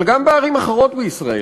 אבל גם בערים אחרות בישראל,